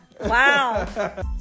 wow